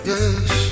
Yes